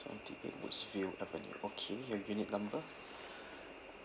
seventy eight woodsville avenue okay your unit number